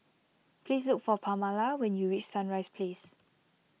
please look for Pamala when you reach Sunrise Place